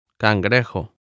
cangrejo